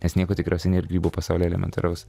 nes nieko tikriausiai nėr grybų pasaulyje elementaraus